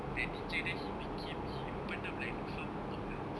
that teacher then he became he open up like the farm on top the roof